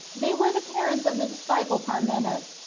they were the parents of the disciple parmenas,